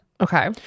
Okay